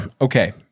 okay